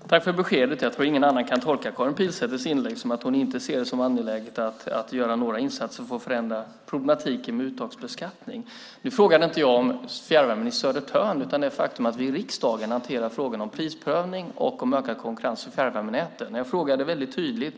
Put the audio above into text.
Fru talman! Tack för beskedet! Jag tror inte att någon kan tolka Karin Pilsäters inlägg som att hon ser det som angeläget att göra några insatser för att förändra problematiken med uttagsbeskattning. Nu frågade inte jag om fjärrvärmen i Södertörn utan om det faktum att vi i riksdagen hanterar frågorna om prisprövning och ökad konkurrens i fjärrvärmenäten. Jag frågade väldigt tydligt: